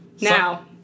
Now